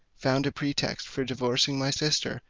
found a pretext for divorcing my sister,